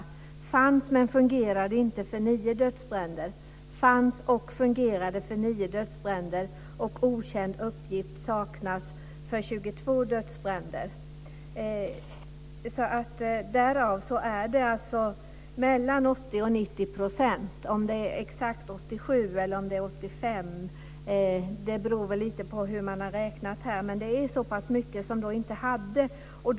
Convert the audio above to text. Det fanns brandvarnare men de fungerade inte vid 9 dödsbränder, det fanns och fungerade vid 9 dödsbränder och det var okänt om det fanns eller saknades uppgift vid 22 dödsbränder. Därav följer att det är 80-90 %. Om det är exakt 87 % eller om det är 85 % beror lite på hur man har räknat här. Men det är vid så pass många av dessa bränder som man inte hade brandvarnare.